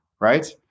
right